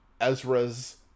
Ezra's